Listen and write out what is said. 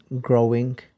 growing